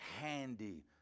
handy